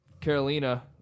Carolina